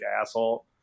asshole